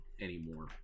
anymore